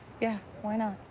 yeah. why not?